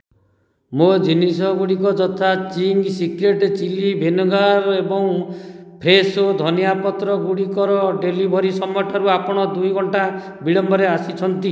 ମୋ ଜିନିଷଗୁଡ଼ିକ ଯଥା ଚିଙ୍ଗ୍ସ୍ ସିକ୍ରେଟ୍ ଚିଲ୍ଲି ଭିନେଗାର୍ ଏବଂ ଫ୍ରେଶୋ ଧନିଆ ପତ୍ର ଗୁଡ଼ିକର ଡେଲିଭରି ସମୟଠାରୁ ଆପଣ ଦୁଇ ଘଣ୍ଟା ବିଳମ୍ବରେ ଆସିଛନ୍ତି